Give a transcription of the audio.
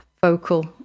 vocal